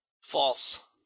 False